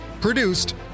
Produced